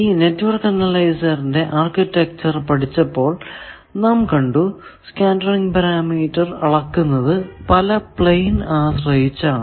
ഈ നെറ്റ്വർക്ക് അനലൈസറിന്റെ ആർക്കിടെക്ചർ പഠിച്ചപ്പോൾ നാം കണ്ടു സ്കേറ്ററിങ് പാരാമീറ്റർ അളക്കുന്നത് പല പ്ലെയിൻ ആശ്രയിച്ചാണ്